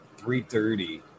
3.30